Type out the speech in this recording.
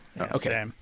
Okay